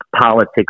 politics